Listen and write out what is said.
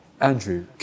Andrew